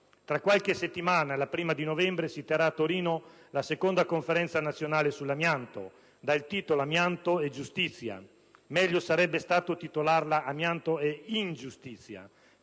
Tra qualche settimana, la prima di novembre, si terrà a Torino la seconda Conferenza nazionale sull'amianto dal titolo: "Amianto e giustizia"; meglio sarebbe stata titolarla: "Amianto e ingiustizia".